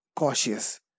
Cautious